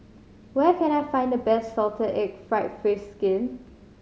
where can I find the best salted egg fried fish skin